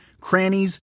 crannies